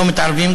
לא מתערבים,